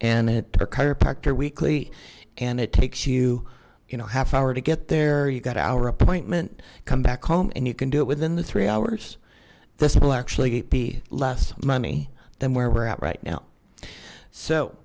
and it or chiropractor weekly and it takes you you know half hour to get there you got our appointment come back home and you can do it within the three hours this will actually be less money than where we're at right now